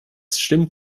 stimmt